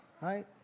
Right